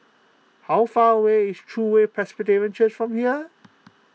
how far away is True Way Presbyterian Church from here